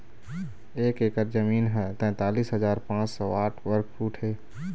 एक एकर जमीन ह तैंतालिस हजार पांच सौ साठ वर्ग फुट हे